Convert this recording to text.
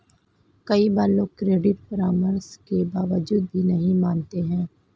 कई बार लोग क्रेडिट परामर्श के बावजूद भी नहीं मानते हैं